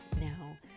Now